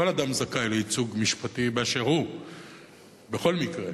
אדם זכאי לייצוג משפטי באשר הוא בכל מקרה,